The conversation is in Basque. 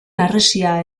harresia